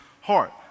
heart